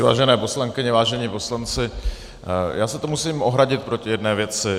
Vážené poslankyně, vážení poslanci, já se tu musím ohradit proti jedné věci.